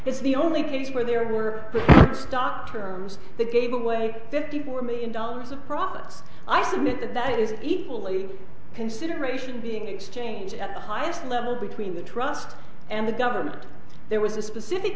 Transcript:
it's the only case where there were stock terms that gave away fifty four million dollars of products i submit that is equally consideration being exchanged at the highest level between the trust and the government there was a specific